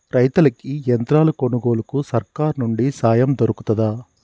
రైతులకి యంత్రాలు కొనుగోలుకు సర్కారు నుండి సాయం దొరుకుతదా?